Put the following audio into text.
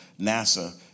NASA